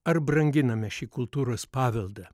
ar branginame šį kultūros paveldą